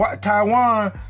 Taiwan